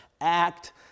act